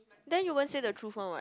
then you won't say the truth one what